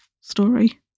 story